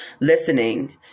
listening